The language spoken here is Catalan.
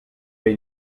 ben